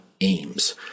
aims